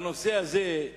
בנושא הזה,